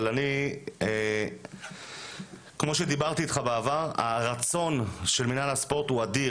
אבל כמו שדיברתי איתך בעבר הרצון של מינהל הספורט הוא אדיר,